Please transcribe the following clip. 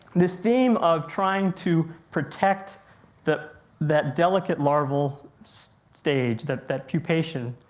this theme of trying to protect that that delicate larval stage. that that pupation,